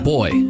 Boy